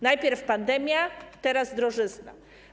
Najpierw pandemia, teraz drożyzna.